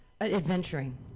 adventuring